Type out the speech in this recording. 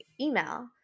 email